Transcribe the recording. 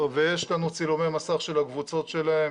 ויש לנו צילומי מסך של הקבוצות שלהם,